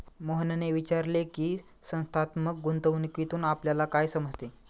मोहनने विचारले की, संस्थात्मक गुंतवणूकीतून आपल्याला काय समजते?